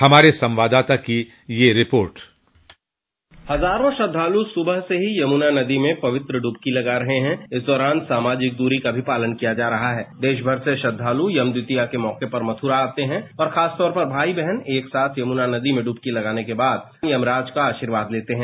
हमारे संवाददाता की एक रिपोर्ट हजारों श्रद्धालु सुबह से ही यमुना नदी में पवित्र डुबकी लगा रहे हैं इस दौरान सामाजिक दूरी का भी पालन किया जा रहा है देशभर से श्रद्वालु यम द्वितीया के मौके पर मथ्ररा आते हैं और खासतौर पर भाई बहन एक साथ यमुना नदी में डुबकी लगाने के बाद यमराज का आशीर्वाद लेते हैं